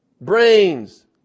brains